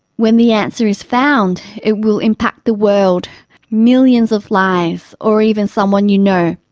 when the answer is found, it will impact the world millions of lives, or even someone you know.